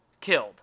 killed